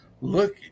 look